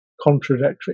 contradictory